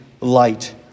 light